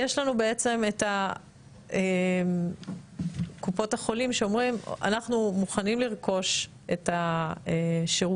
יש לנו בעצם את קופות החולים שאומרות אנחנו מוכנים לרכוש את השירותים,